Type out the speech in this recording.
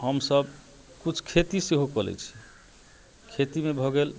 हमसब कुछ खेती सेहो कऽ लै छी खेतीमे भऽ गेल